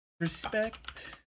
Respect